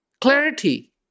clarity